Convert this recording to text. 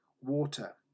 water